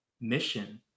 mission